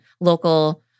local